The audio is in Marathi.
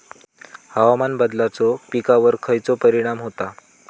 हवामान बदलाचो पिकावर खयचो परिणाम होता?